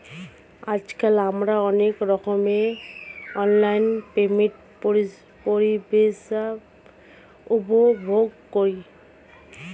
আজকাল আমরা অনেক রকমের অনলাইন পেমেন্ট পরিষেবা উপভোগ করি